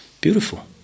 Beautiful